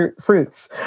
fruits